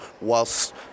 whilst